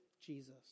Jesus